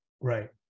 Right